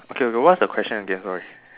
okay okay what's the question again sorry